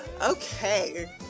Okay